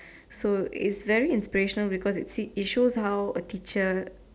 so it's very inspirational because it shows how a teacher